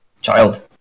Child